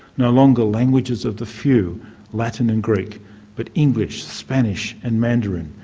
no longer languages of the few latin and greek but english, spanish and mandarin,